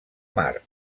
mart